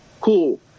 Cool